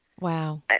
Wow